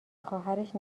خواهرش